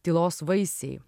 tylos vaisiai